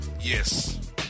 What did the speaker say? Yes